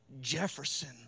Jefferson